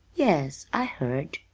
yes, i heard.